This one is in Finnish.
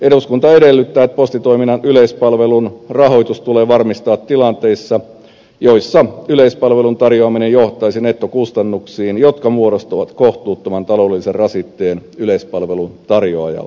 eduskunta edellyttää että postitoiminnan yleispalvelun rahoitus tulee varmistaa tilanteissa joissa yleispalvelun tarjoaminen johtaisi nettokustannuksiin jotka muodostavat kohtuuttoman taloudellisen rasitteen yleispalvelun tarjoajalle